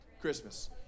Christmas